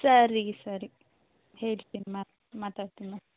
ಸರಿ ಸರಿ ಹೇಳ್ತೀನಿ ಮ್ಯಾಮ್ ಮಾತಾಡ್ತೀನಿ ಮ್ಯಾಮ್